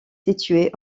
située